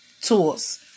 tools